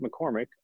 McCormick